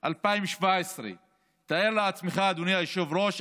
שזה עבר באוגוסט 2017. אדוני היושב-ראש,